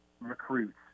recruits